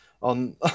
On